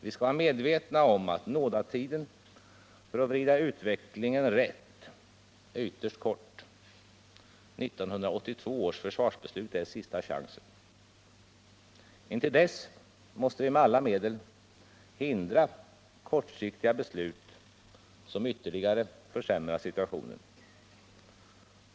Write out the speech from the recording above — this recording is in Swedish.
Vi skall vara medvetna om att nådatiden för att vrida utvecklingen rätt är ytterst kort. 1982 års försvarsbeslut är sista chansen. Intill dess måste vi med alla medel hindra kortsiktiga beslut som ytterligare försämrar situationen.